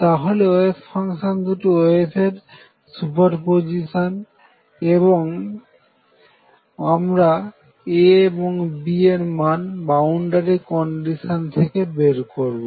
তাহলে wave function দুটি ওয়েভের সুপারপজিশন এবং আমরা A এবং B এর মান বাউন্ডারি কন্ডিশন থেকে বের করবো